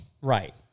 Right